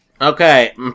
Okay